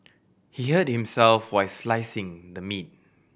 he hurt himself while slicing the meat